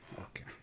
Okay